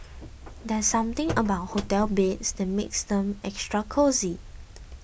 there's something about hotel beds that makes them extra cosy